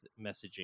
messaging